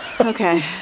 Okay